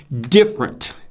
different